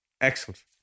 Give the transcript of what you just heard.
Excellent